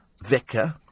vicar